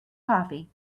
coffee